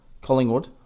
Collingwood